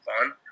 fun